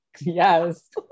Yes